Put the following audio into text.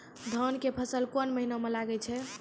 धान के फसल कोन महिना म लागे छै?